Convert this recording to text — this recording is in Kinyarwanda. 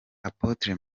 apotre